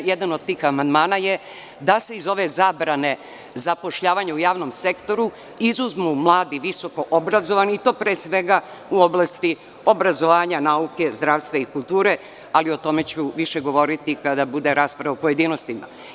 Jedan od tih amandmana je da se iz ove zabrane zapošljavanja u javnom sektoru izuzmu mladi visokoobrazovani i to pre svega u oblasti obrazovanja, nauke, zdravstva i kulture, ali o tome ću viće govoriti kada bude rasprava u pojedinostima.